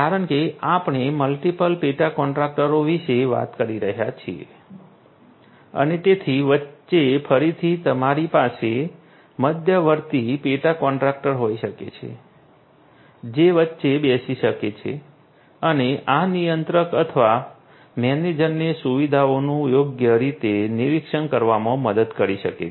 કારણ કે આપણે મલ્ટિપલ પેટા કોન્ટ્રાક્ટરો વિશે વાત કરી રહ્યા છીએ અને તેથી વચ્ચે ફરીથી તમારી પાસે મધ્યવર્તી પેટા કોન્ટ્રાક્ટર હોઈ શકે છે જે વચ્ચે બેસી શકે છે અને આ નિયંત્રક અથવા મેનેજરને સુવિધાઓનું યોગ્ય રીતે નિરીક્ષણ કરવામાં મદદ કરી શકે છે